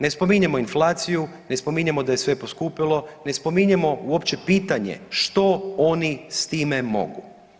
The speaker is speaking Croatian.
Ne spominjemo inflaciju, ne spominjemo da je sve poskupilo, ne spominjemo uopće pitanje što oni s time mogu.